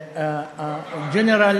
חבר הכנסת, הגנרל